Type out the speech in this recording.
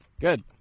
Good